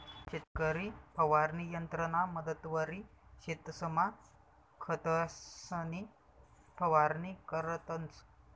शेतकरी फवारणी यंत्रना मदतवरी शेतसमा खतंसनी फवारणी करतंस